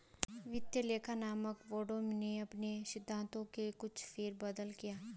वित्तीय लेखा मानक बोर्ड ने अपने सिद्धांतों में कुछ फेर बदल किया है